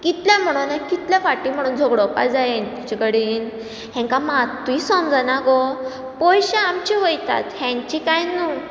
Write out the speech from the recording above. कितले म्हणून कितले फाटी म्हणून झगडोपा जाय हांचे कडेन हांकां मात्तूय समजना गो पयशे आमचे वयतात हेंचे काय न्हू